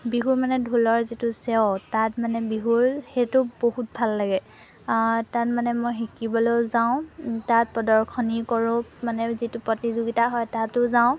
বিহুৰ মানে ঢোলৰ যিটো তাত মানে বিহুৰ সেইটো বহুত ভাল লাগে তাত মানে মই শিকিবলৈও যাওঁ তাত প্ৰদৰ্শনী কৰোঁ মানে যিটো প্ৰতিযোগিতা হয় তাতো যাওঁ